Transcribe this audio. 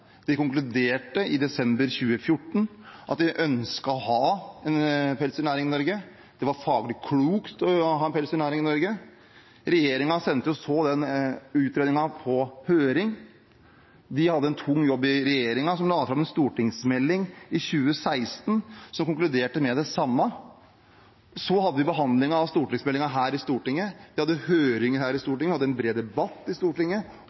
De konkluderte i desember 2014 med at de ønsket å ha en pelsdyrnæring i Norge. Det var faglig klokt å ha en pelsdyrnæring i Norge. Regjeringen sendte så utredningen på høring. Regjeringen hadde en tung jobb, men la i 2016 fram en stortingsmelding som konkluderte med det samme. Så hadde vi behandlingen av stortingsmeldingen her i Stortinget. Vi hadde høring i Stortinget.